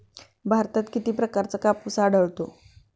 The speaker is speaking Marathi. भारतात किती प्रकारचा कापूस आढळतो?